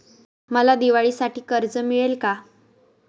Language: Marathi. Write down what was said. मला दिवाळीसाठी कर्ज मिळेल का?